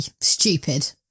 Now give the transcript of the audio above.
Stupid